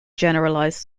generalized